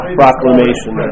proclamation